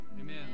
Amen